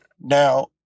now